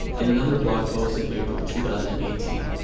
in another blog post in april two thousand and eighteen,